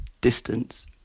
Distance